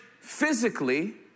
physically